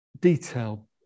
detail